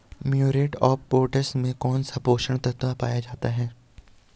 Muriate of potash में कौन सा पोषक तत्व पाया जाता है?